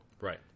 Right